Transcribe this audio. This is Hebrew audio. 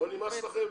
לא נמאס לכם?